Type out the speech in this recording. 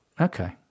Okay